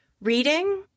reading